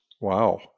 Wow